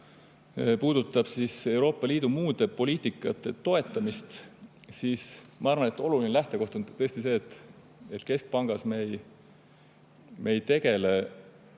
puudutab Euroopa Liidu muude poliitikate toetamist, siis ma arvan, et oluline lähtekoht on see, et keskpangas me ei tegele